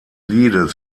liedes